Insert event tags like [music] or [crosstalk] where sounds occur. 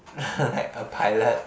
[laughs] like a pilot